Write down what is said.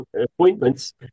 appointments